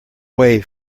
way